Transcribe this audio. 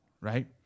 Right